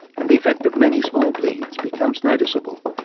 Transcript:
and the effect of many small bleeds becomes noticeable,